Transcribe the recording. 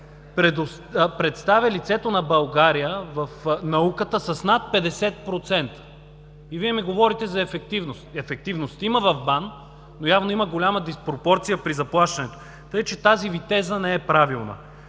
представя лицето на България в науката с над 50%. И Вие ми говорите за ефективност! Ефективност има в БАН, но явно има голяма диспропорция при заплащането. Тъй че тази Ви теза не е правилна!